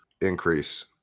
increase